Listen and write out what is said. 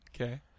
Okay